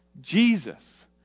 Jesus